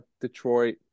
Detroit